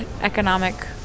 economic